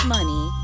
Money